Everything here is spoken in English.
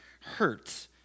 hurts